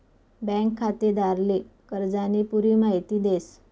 bank खातेदारले कर्जानी पुरी माहिती देस